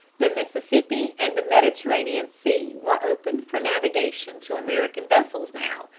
the mississippi and the mediterranean sea were opened for navigation to american vessels now,